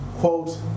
quote